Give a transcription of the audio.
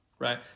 Right